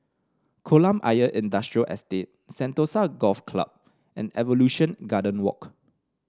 Kolam Ayer Industrial Estate Sentosa Golf Club and Evolution Garden Walk